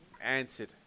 Answered